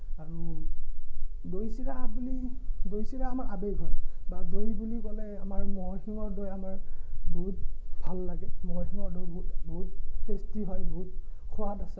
আৰু দৈ চিৰা আপুনি দৈ চিৰা আমাৰ আৱেগ হয় বা দৈ বুলি ক'লে আমাৰ ম'হৰ শিঙৰ দৈ আমাৰ বহুত ভাল লাগে ম'হৰ শিঙৰ দৈ বহুত বহুত টেষ্টি হয় বহুত সোৱাদ আছে